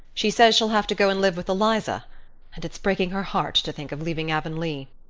she says she'll have to go and live with eliza and it's breaking her heart to think of leaving avonlea.